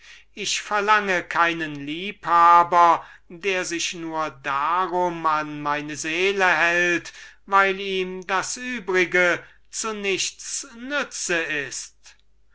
ich verlange keinen liebhaber der sich nur darum an meine seele hält weil ihm das übrige zu nichts nütze ist